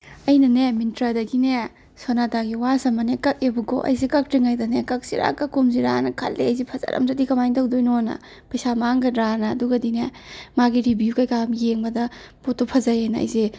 ꯑꯩꯅꯅꯦ ꯃꯤꯟꯇ꯭ꯔꯥꯗꯒꯤꯅꯦ ꯁꯣꯅꯥꯇꯒꯤ ꯋꯥꯠꯆ ꯑꯃꯅꯦ ꯀꯛꯑꯦꯕꯀꯣ ꯑꯩꯁꯦ ꯀꯛꯇ꯭ꯔꯤꯉꯩꯗꯅꯦ ꯀꯛꯁꯤꯔꯥ ꯀꯛꯀꯨꯝꯖꯤꯔꯥꯅ ꯈꯜꯂꯦ ꯑꯩꯖꯦ ꯐꯖꯔꯝꯗ꯭ꯔꯗꯤ ꯀꯃꯥꯏ ꯇꯧꯗꯣꯏꯅꯣꯅ ꯄꯩꯁꯥ ꯃꯥꯡꯒꯗ꯭꯭ꯔꯥꯅ ꯑꯗꯨꯒꯗꯤꯅꯦ ꯃꯥꯒꯤ ꯔꯤꯚ꯭ꯌꯨ ꯀꯩꯀꯥ ꯌꯦꯡꯕꯗ ꯄꯣꯠꯇꯣ ꯐꯖꯩꯑꯅ ꯑꯩꯖꯦ